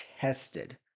tested